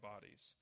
bodies